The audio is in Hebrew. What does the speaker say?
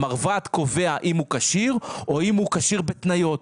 המרב"ד קובע אם הוא כשיר או אם הוא כשיר בהתניות.